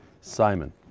Simon